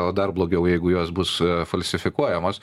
o dar blogiau jeigu jos bus falsifikuojamos